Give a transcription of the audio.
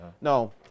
no